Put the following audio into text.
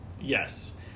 Yes